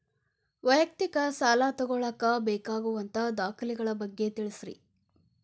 ವೈಯಕ್ತಿಕ ಸಾಲ ತಗೋಳಾಕ ಬೇಕಾಗುವಂಥ ದಾಖಲೆಗಳ ಬಗ್ಗೆ ತಿಳಸ್ರಿ